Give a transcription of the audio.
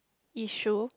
issue